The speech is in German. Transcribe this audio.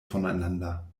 voneinander